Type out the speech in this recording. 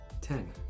Ten